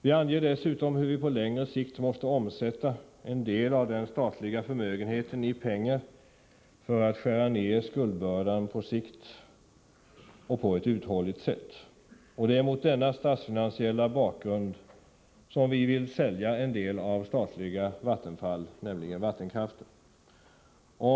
Vi anger dessutom hur vi på längre sikt skall omsätta en del av den statliga förmögenheten i pengar för att skära ned skuldbördan på sikt och på ett uthålligt sätt. Det är mot denna statsfinansiella bakgrund som vi vill sälja en del av verksamheten i det statliga Vattenfall, nämligen den som berör vattenkraften.